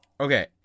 Okay